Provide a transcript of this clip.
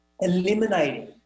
eliminating